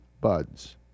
buds